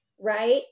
right